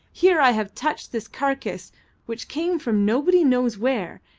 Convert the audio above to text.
here, i have touched this carcass which came from nobody knows where,